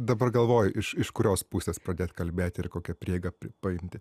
dabar galvoju iš iš kurios pusės pradėt kalbėti ir kokią prieigą pripaimti